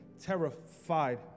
terrified